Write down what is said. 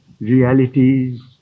realities